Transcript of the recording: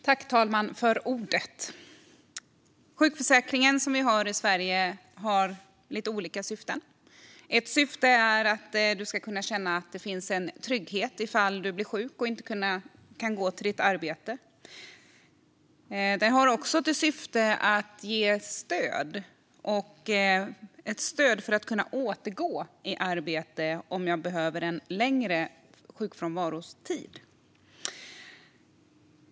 Fru talman! Sveriges sjukförsäkring har lite olika syften. Ett syfte är att man ska kunna känna att det finns en trygghet om man blir sjuk och inte kan gå till sitt arbete. Ett annat syfte är att ge stöd för att kunna återgå i arbete om man behöver en längre sjukfrånvarotid.